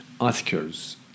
Articles